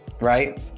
right